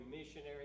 missionary